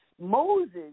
Moses